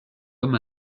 homme